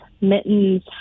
mittens